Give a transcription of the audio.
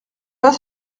pas